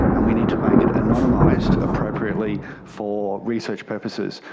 and we need to make it anonymised appropriately for research purposes.